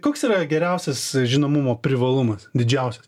koks yra geriausias žinomumo privalumas didžiausias